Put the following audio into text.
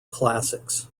classics